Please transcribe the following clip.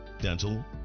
dental